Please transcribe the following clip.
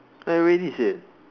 I already said